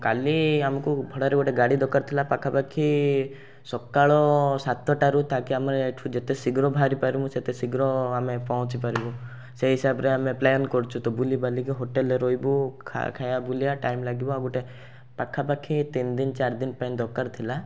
କାଲି ଆମକୁ ଭଡ଼ାରେ ଗୋଟେ ଗାଡ଼ି ଦରକାର ଥିଲା ପାଖାପାଖି ସକାଳ ସାତେଟାରୁ ତାକି ଆମେ ଏଇଠୁ ଯେତେ ଶୀଘ୍ର ବାହାରି ପାରିବୁ ସେତେ ଶୀଘ୍ର ଆମେ ପହଞ୍ଚି ପାରିବୁ ସେହି ହିସାବରେ ଆମେ ପ୍ଲାନ୍ କରିଛୁ ତ ବୁଲିବାଲି କି ହୋଟେଲ୍ରେ ରହିବୁ ଖାଇବା ବୁଲିବା ଟାଇମ୍ ଲାଗିବ ଆଉ ଗୋଟେ ପାଖାପାଖି ତିନିଦିନ ଚାରିଦିନ ପାଇଁ ଦରକାର ଥିଲା